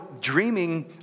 dreaming